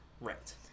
Right